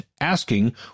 asking